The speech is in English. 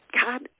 God